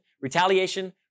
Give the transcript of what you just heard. retaliation